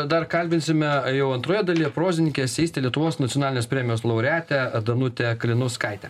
dar kalbinsime jau antroje dalyje prozininkę eseistę lietuvos nacionalinės premijos laureatę danutę kalinauskaitę